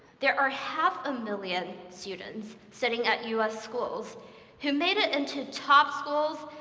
there are half a million students sitting at us schools who made it into top schools,